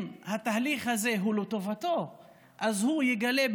אם התהליך הזה הוא לטובתו אז הוא יגלה,